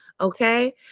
Okay